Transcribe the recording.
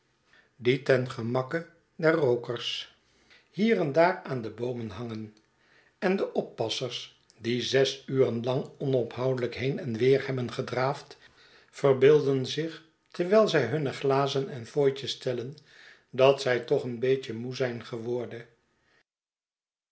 die ten gemakke der rookers hier en daar aan de boomen hangen en de oppassers die zes uren lang onophoudelijk heen en weer hebben gedraafd verbeelden zich terwijl zij hunne glazen en fooitjes tellen dat zij toch een beetje moe zijn geworden